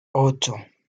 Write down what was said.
ocho